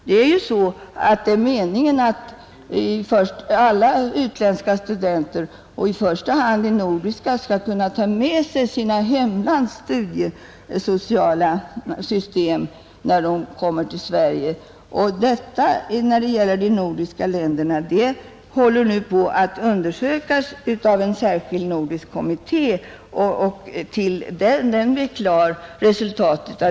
Det är ju meningen att alla utländska studenter och i första hand de nordiska skall kunna ta med sig sina hemlands studiesociala system när de kommer till Sverige. För de nordiska länderna undersöker en särskild nordisk kommitté förhållandena.